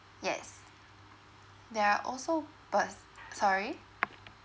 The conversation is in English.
yes there're also per~ sorry